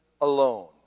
alone